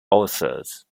authors